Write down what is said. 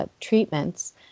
treatments